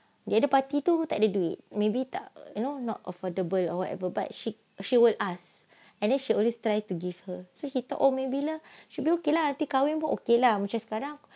the other party tu tak ada duit maybe tak you know not affordable or whatever but she she will ask and then she always try to give her so he thought or maybe lah should be okay lah nanti kahwin pun okay lah macam sekarang